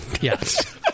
yes